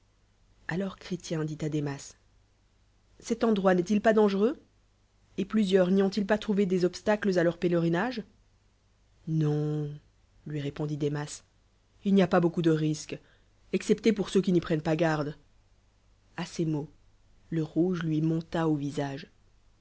alors chrétien dit dernas cet endroit n'est-il pas dangereux et plusieurs n'y ont-ils pb trouvé des obstacles à leur pèlerinage non lui répondit demas il n'y a pli beaucoup de risques excepté pour cci i s qui n'y prennent pas garde à ces mots le rouge lui monta au visage